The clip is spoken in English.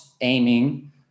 aiming